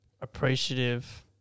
appreciative